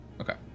Okay